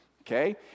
Okay